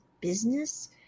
business